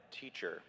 teacher